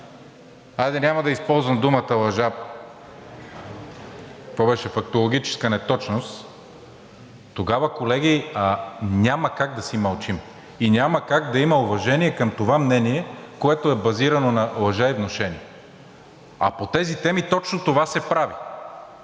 хайде, няма да използвам думата лъжа, какво беше – „фактологическа неточност“, тогава, колеги, няма как да си мълчим и няма как да има уважение към това мнение, което е базирано на лъжа и внушения. А по тези теми точно това се прави